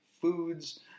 foods